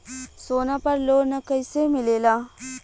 सोना पर loan कइसे मिलेला?